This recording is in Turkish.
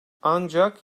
ancak